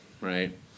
right